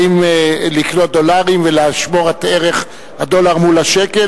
האם לקנות דולרים ולשמור את ערך הדולר מול השקל,